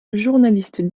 journaliste